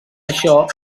això